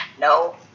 No